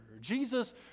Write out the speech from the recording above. Jesus